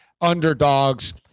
underdogs